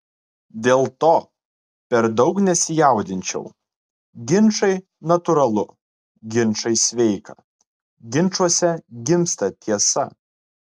dėl to per daug nesijaudinčiau ginčai natūralu ginčai sveika ginčuose gimsta tiesa